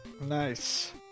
Nice